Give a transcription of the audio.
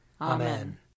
Amen